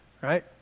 Right